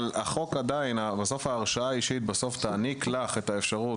אבל בסוף ההרשאה האישית תעניק לך את האפשרות